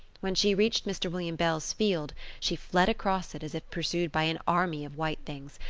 when she reached mr. william bell's field she fled across it as if pursued by an army of white things,